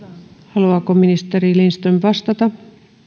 haluaako ministeri lindström vastata